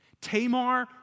Tamar